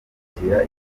kwakira